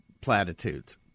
platitudes